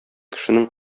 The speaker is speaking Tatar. кешенең